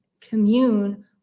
commune